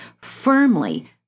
firmly